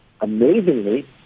amazingly